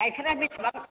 गाइखेरा बेसेबां